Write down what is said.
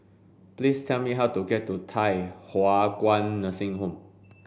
please tell me how to get to Thye Hua Kwan Nursing Home